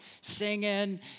singing